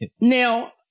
Now